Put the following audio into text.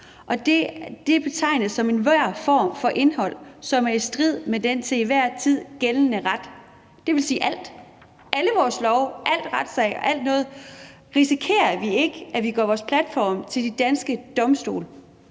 det betegnes som enhver form for indhold, som er i strid med den til enhver tid gældende ret. Det vil sige alt. Alle vores love, alle retssager. Risikerer vi ikke, at vi gør vores platforme til de danske domstole?